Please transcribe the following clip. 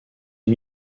une